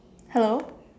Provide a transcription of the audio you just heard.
hello